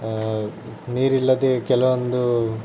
ನೀರಿಲ್ಲದೆ ಕೆಲವೊಂದು